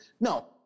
No